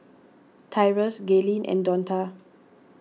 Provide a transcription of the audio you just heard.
Tyrus Gaylene and Donta